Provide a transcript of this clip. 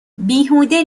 بیهوده